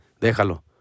déjalo